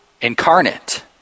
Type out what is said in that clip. incarnate